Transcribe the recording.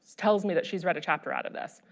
tells me that she's read a chapter out of this.